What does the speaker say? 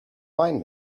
fine